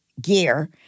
gear